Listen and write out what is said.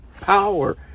power